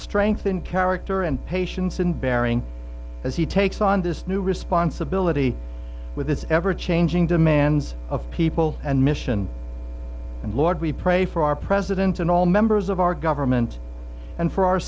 strength in character and patience in bearing as he takes on this new responsibility with his ever changing demands of people and mission and lord we pray for our president and all members of our government and for our